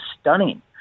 stunning